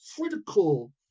critical